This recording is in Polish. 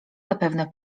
zapewne